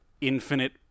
infinite